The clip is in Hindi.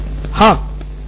नितिन कुरियन हाँ